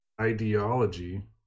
ideology